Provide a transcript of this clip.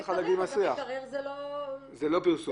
זה לא פרסום.